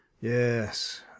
yes